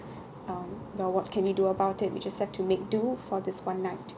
um now what can we do about it we just have to make do for this one night